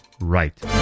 right